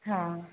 हाँ